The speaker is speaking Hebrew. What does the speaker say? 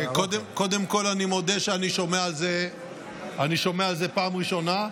קודם כול, אני מודה שאני שומע על זה פעם ראשונה.